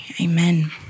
Amen